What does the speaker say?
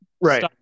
right